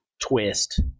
twist